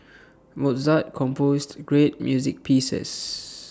Mozart composed great music pieces